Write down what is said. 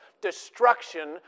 Destruction